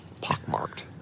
pockmarked